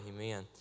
Amen